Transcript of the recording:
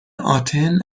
آتن